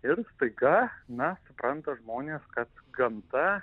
ir staiga na suprantat žmonės kad gamta